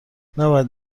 نباید